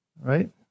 Right